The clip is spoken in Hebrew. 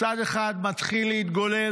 צד אחד מתחיל להתגולל.